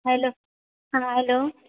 hello हँ hello